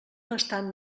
bastant